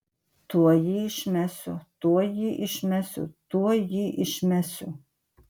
tuoj jį išmesiu tuoj jį išmesiu tuoj jį išmesiu